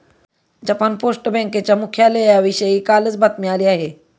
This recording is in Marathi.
जपान पोस्ट बँकेच्या मुख्यालयाविषयी कालच बातमी आली आहे